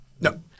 No